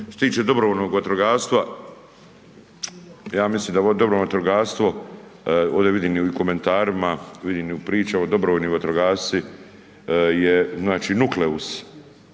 Što se tiče dobrovoljnog vatrogastva, ja mislim da ovo dobrovoljno vatrogastvo, ovde vidim i u ovim komentarima, vidim i u pričama, dobrovolji vatrogasci je znači nukleus